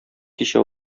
кичә